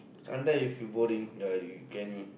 sometime if you boring yeah you can